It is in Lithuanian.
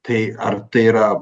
tai ar tai yra